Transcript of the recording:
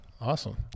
Awesome